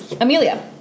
Amelia